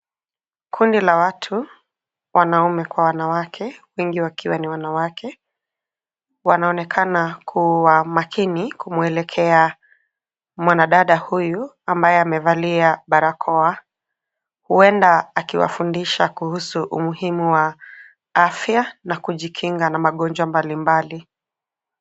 Kundi la watu wanaume kwa wanawake wengi wakiwa ni wanawake, wanaonekana kuwa makini kumwelekea mwanadada huyu ambaye amevalia barakoa. Huenda akiwafundisha kuhusu umuhimu wa afya na kujikinga na magonjwa mbalimbali.